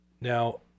Now